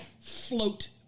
float